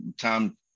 Tom